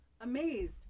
amazed